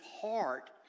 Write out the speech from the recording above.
heart